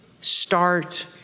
start